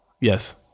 Yes